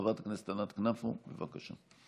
חברת הכנסת ענת כנפו, בבקשה.